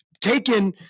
taken